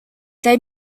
they